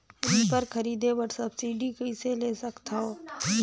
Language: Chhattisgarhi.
रीपर खरीदे बर सब्सिडी कइसे ले सकथव?